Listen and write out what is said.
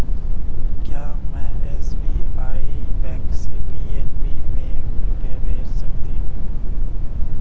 क्या में SBI bank से पी.एन.बी में रुपये भेज सकती हूँ?